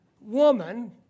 Woman